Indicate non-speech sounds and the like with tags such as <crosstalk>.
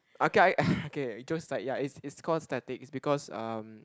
okay I okay it <breath> ya it cause static because um